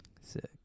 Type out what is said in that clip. Sick